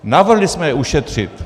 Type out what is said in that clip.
Navrhli jsme je ušetřit.